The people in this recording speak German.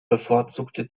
bevorzugte